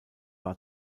war